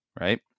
right